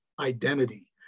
identity